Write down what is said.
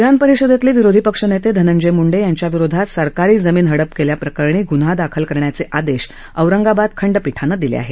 विधानपरिषदेतील विरोधी पक्षनेते धंनजय मुंडे यांच्याविरोधात सरकारी जमीन हडप केल्याप्रकरणी गुन्हा दाखल करण्याचे आदेश औरंगाबाद खंडपीठानं दिले आहेत